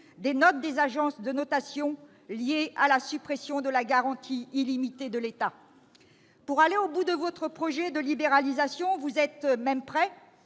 des notes des agences de notation liée à la suppression de la garantie illimitée de l'État ... Pour aller au bout de son projet de libéralisation, le Gouvernement est même prêt à